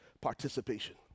participation